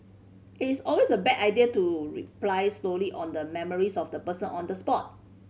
it is always a bad idea to reply solely on the memories of the person on the spot